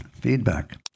Feedback